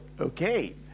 Okay